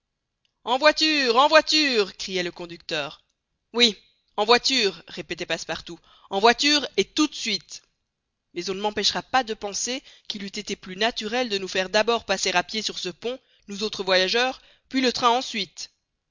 en voiture en voiture criait le conducteur oui en voiture répétait passepartout en voiture et tout de suite mais on ne m'empêchera pas de penser qu'il eût été plus naturel de nous faire d'abord passer à pied sur ce pont nous autres voyageurs puis le train ensuite